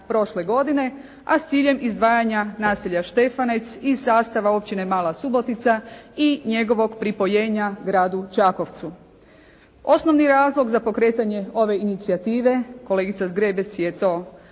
prošle godine, a s ciljem izdvajanja naselja Štefanec iz sastava općine Mala Subotica i njegovog pripojenja gradu Čakovcu. Osnovni razlog za pokretanje ove inicijative, kolegica Zgrebec je to